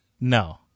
no